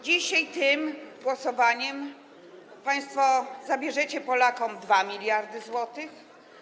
Dzisiaj tym głosowaniem państwo zabierzecie Polakom 2 mld zł.